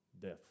death